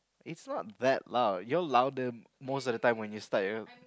it's not that lah you're louder most of the time when you start your